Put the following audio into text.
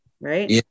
right